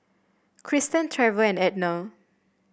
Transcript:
Cristen Trever and Edna